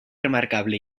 remarcable